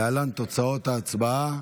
להלן תוצאות ההצבעה: